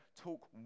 talk